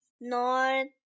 North